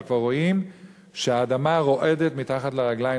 אבל כבר רואים שהאדמה רועדת מתחת לרגליים,